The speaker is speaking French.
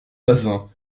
bazin